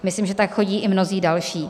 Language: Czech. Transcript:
Myslím, že tak chodí i mnozí další.